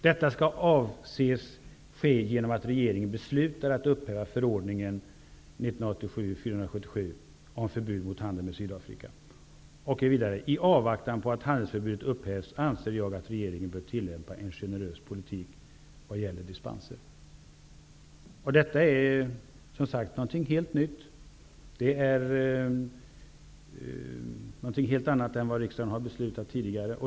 Detta avses ske genom att regeringen beslutar att upphäva förordningen om förbud mot handel med Sydafrika. I avvaktan på att handelsförbudet upphävs anser jag att regeringen bör tillämpa en generös politik vad gäller dispenser.'' Detta är som sagt någonting helt nytt. Det är någonting helt annat än det som riksdagen tidigare har beslutat.